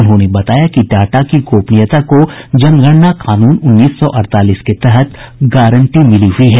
उन्होंने बताया कि डाटा की गोपनीयता को जनगणना कानून उन्नीस सौ अड़तालीस के तहत गारंटी मिली हुई है